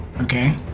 Okay